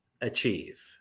Achieve